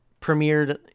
premiered